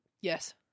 Yes